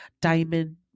diamond